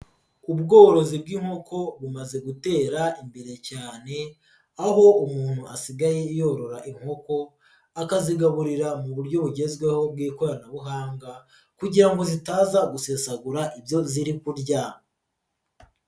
Ubworozi bw'inkoko bumaze gutera imbere cyane, aho umuntu asigaye yorora inkoko akazigaburira mu buryo bugezweho bw'ikoranabuhanga kugira ngo zitaza gusesagura ibyo ziri kurya.